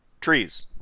Trees